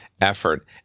effort